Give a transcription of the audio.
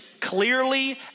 clearly